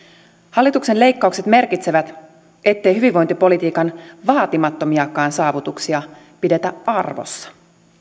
hallituksen leikkaukset merkitsevät ettei hyvinvointipolitiikan vaatimattomiakaan saavutuksia pidetä arvossa